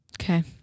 Okay